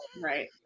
right